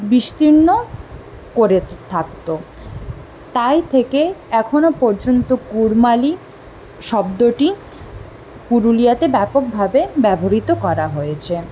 বিস্তীর্ণ করে থাকত তাই থেকে এখনও পর্যন্ত কুড়মালি শব্দটি পুরুলিয়াতে ব্যাপকভাবে ব্যবহৃত করা হয়েছে